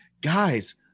guys